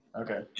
Okay